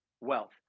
wealth